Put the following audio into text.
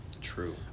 True